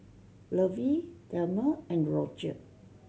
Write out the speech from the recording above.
Lovey Delmer and Rodger